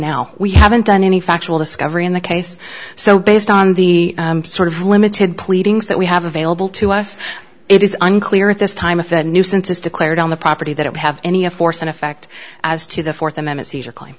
now we haven't done any factual discovery in the case so based on the sort of limited pleadings that we have available to us it is unclear at this time if the new census declared on the property that it would have any of force and effect as to the fourth amendment seizure claim